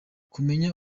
kumenya